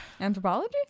Anthropology